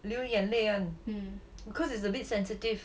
流眼泪 [one] cause it's a bit sensitive